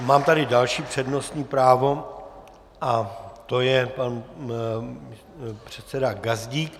Mám tady další přednostní právo a to je pan předseda Gazdík.